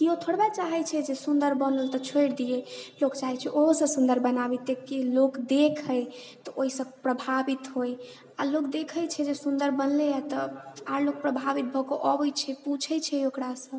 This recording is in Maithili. केओ थोड़बे चाहैत छै जे सुंदर बनल तऽ छोड़ि दिए लोक चाहैत छै ओहो से सुंदर बनाबी कि लोक देखे तऽ ओहिसँ प्रभावित होए आ लोक देखैत छै जे सुंदर बनलै हँ तऽ आर लोक प्रभावित भए कऽ अबैत छै पूछैत छै ओकरासँ